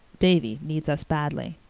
davy needs us badly.